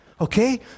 okay